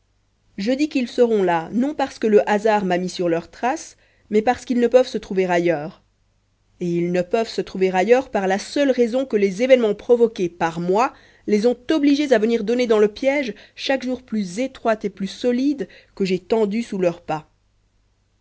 je dis qu'ils seront là non parce que le hasard m'a mis sur leurs traces mais parce qu'ils ne peuvent se trouver ailleurs et ils ne peuvent se trouver ailleurs par la seule raison que les événements provoqués par moi les ont obligés à venir donner dans le piège chaque jour plus étroit et plus solide que j'ai tendu sous leurs pas